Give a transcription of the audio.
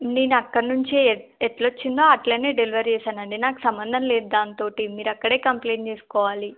నేను అక్కడి నుంచి ఎట్ల వచ్చిందో అట్లనే డెలివరీ చేసాను అండి నాకు సంబంధం లేదు దాంతో మీరు అక్కడే కంప్లయింట్ చేసుకోవాలి